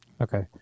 Okay